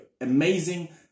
amazing